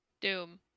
Doom